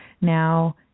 Now